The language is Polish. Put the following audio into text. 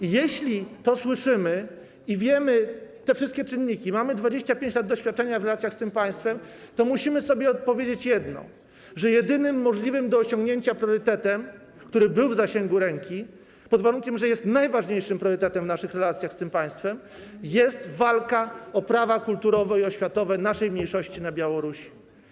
I jeśli to słyszymy i to wiemy, chodzi o te wszystkie czynniki, i mamy 25 lat doświadczenia w relacjach z tym państwem, to musimy sobie odpowiedzieć jedno: że jedynym możliwym do osiągnięcia priorytetem, który był w zasięgu ręki - pod warunkiem że jest najważniejszym priorytetem w naszych relacjach z tym państwem - jest walka o prawa kulturowe i oświatowe naszej mniejszości na Białorusi.